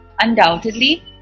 Undoubtedly